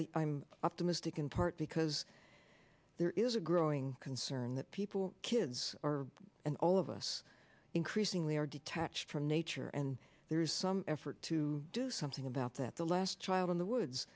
i i'm optimistic in part because there is a growing concern that people kids are and all of us increasingly are detached from nature and there's some effort to do something about that the last child in the woods